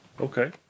Okay